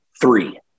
three